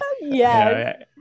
Yes